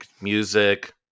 music